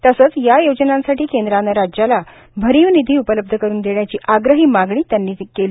तसेच या योजनांसाठी केंद्राने राज्याला भरीव निधी उपलब्ध करून देण्याची आग्रही मागणी त्यांनी केली